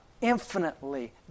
infinitely